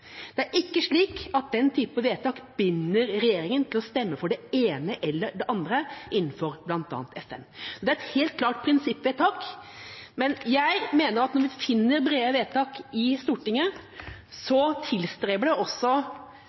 Det er ikke slik at den typen vedtak binder regjeringa til å stemme for det ene eller det andre i bl.a. FN. Det er et helt klart prinsippvedtak. Men jeg mener at når vi får brede vedtak i Stortinget,